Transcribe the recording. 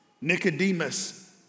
Nicodemus